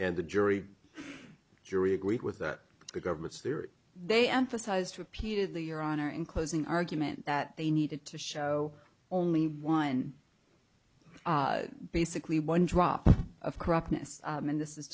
and the jury jury agreed with that the government's theory they emphasized repeatedly your honor in closing argument that they needed to show only one basically one drop of corruptness and this is